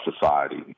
society